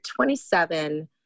27